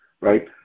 right